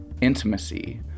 intimacy